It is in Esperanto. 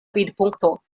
vidpunkto